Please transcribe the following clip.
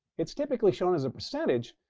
it's typically shown as a percentage.